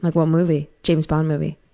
like what movie? james bond movie.